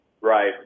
Right